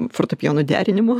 fortepijonų derinimo